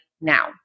now